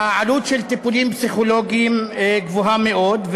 העלות של טיפולים פסיכולוגיים גבוהה מאוד,